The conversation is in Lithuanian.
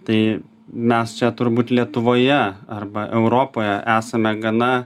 tai mes čia turbūt lietuvoje arba europoje esame gana